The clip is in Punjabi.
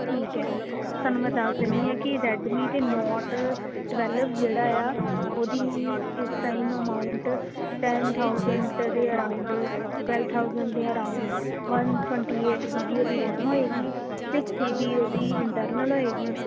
ਠੀਕ ਹੈ ਤੁਹਾਨੂੰ ਮੈਂ ਦੱਸ ਦਿੰਦੀ ਹਾਂ ਕਿ ਰੈਡਮੀ ਦੇ ਨੋਟ ਟਵੈਲਵ ਜਿਹੜਾ ਆ ਉਹਦੀ ਇਸ ਟਾਈਮ ਅਮਾਊਂਟ ਟੈਂਨ ਥਾਊਜੈਂਟ ਦੇ ਅਰਾਉਂਡ ਟਵੈਲ ਥਾਊਜੈਂਟ ਦੇ around one twenty eight G B ਉਹਦੀ ਰੈਮ ਹੋਏਗੀ ਸਿਕਸ ਜੀ ਬੀ ਉਹਦੀ ਇੰਟਰਨਲ ਹੋਏਗੀ